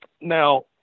Now